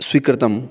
स्वीकृतम्